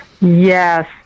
Yes